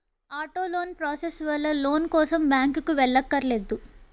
auto loan process వల్ల loan కోసం బ్యాంకుకి వెళ్ళక్కర్లేదు